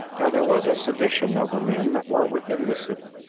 now there was a sedition of the men that were within the city,